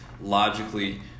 logically